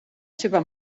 seva